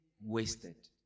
wasted